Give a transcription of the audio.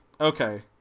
Okay